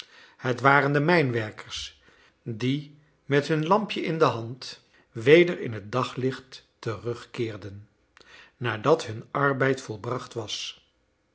het waren de mijnwerkers die met hun lampje in de hand weder in het daglicht terugkeerden nadat hun arbeid volbracht was